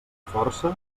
força